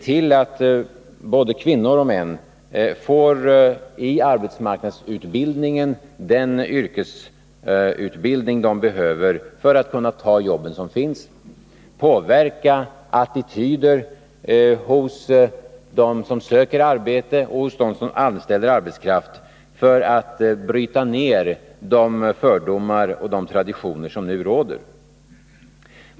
För att ge kvinnor och män via arbetsmarknadsutbildningen den yrkesutbildning de behöver för att kunna ta jobben som finns. För att vi skall kunna påverka attityder hos dem som söker arbete och hos dem som anställer arbetskraft. För att bryta ner de fördomar och traditioner som nu råder.